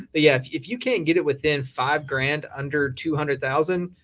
but yeah, if you can't get it within five grand, under two hundred thousand,